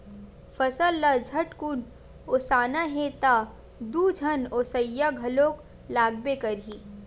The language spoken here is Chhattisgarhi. फसल ल झटकुन ओसाना हे त दू झन ओसइया घलोक लागबे करही